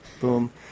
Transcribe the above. boom